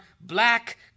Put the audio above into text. black